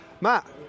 Matt